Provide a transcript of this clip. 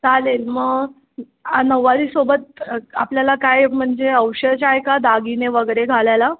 चालेल मं नऊवारीसोबत आपल्याला काय म्हणजे अवशज आहे का दागिने वगैरे घालायला